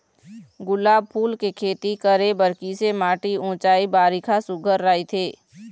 गुलाब फूल के खेती करे बर किसे माटी ऊंचाई बारिखा सुघ्घर राइथे?